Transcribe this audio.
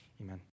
Amen